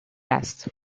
است